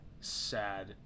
sad